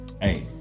Hey